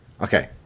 Okay